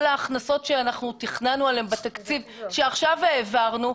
כל ההכנסות שתכננו עליהן בתקציב שעכשיו העברנו,